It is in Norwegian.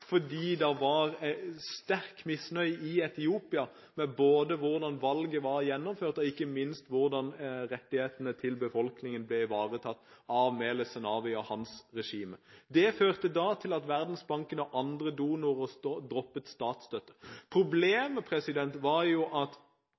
sterk misnøye i Etiopia med hvordan valget var gjennomført, og ikke minst med hvordan rettighetene til befolkningen ble ivaretatt av Meles Zenawi og hans regime. Det førte til at Verdensbanken og andre donorer droppet statsstøtte.